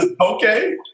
okay